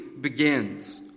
begins